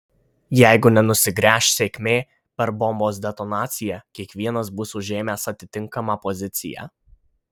jeigu nenusigręš sėkmė per bombos detonaciją kiekvienas bus užėmęs atitinkamą poziciją